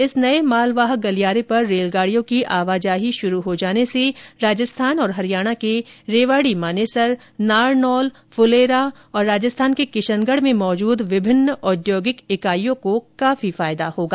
इस नए मालवाहक गलियारे पर रेलगाडियों की आवाजाही शुरू हो जाने से राजस्थान और हरियाणा के रेवाडी मानेसर नारनौल फूलेरा और राजस्थान के किशनगढ़ में मौजूद विभिन्न औद्योगिक इकाइयों को काफी फायदा होगा